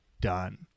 done